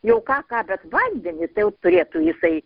jau ką ką bet vandenį tai jau turėtų jisai